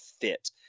fit